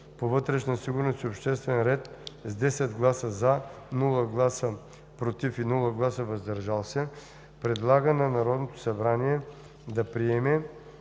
по вътрешна сигурност и обществен ред с 10 гласа „за”, без „против” и „въздържал се” предлага на Народното събрание да приеме